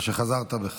או שחזרת בך?